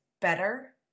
better